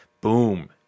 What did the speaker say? Boom